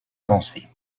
avancée